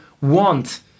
want